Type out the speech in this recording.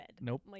Nope